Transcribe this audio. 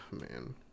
man